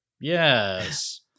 Yes